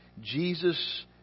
Jesus